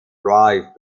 drive